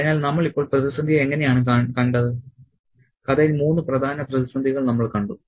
അതിനാൽ നമ്മൾ ഇപ്പോൾ പ്രതിസന്ധിയെ എങ്ങനെയാണ് കണ്ടത് കഥയിൽ മൂന്ന് പ്രധാന പ്രതിസന്ധികൾ നമ്മൾ കണ്ടു